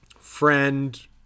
friend